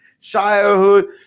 childhood